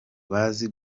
bazi